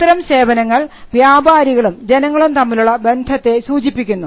അത്തരം സേവനങ്ങൾ വ്യാപാരികളും ജനങ്ങളും തമ്മിലുള്ള ബന്ധത്തെ സൂചിപ്പിക്കുന്നു